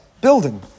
building